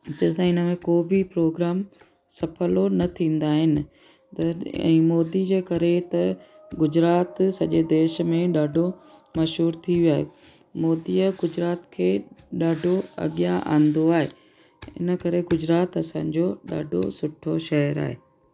जंहिं सां हिन में को बि प्रोग्राम सफलो न थींदा आहिनि त ऐं मोदीअ जे करे त गुजरात सॼे देश में ॾाढो मशहूर थी वियो मोदीअ गुजरात खे ॾाढो अॻियां आंदो आहे इनकरे गुजरात असांजो ॾाढो सुठो शहर आहे